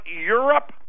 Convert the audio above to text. Europe